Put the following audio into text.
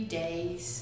days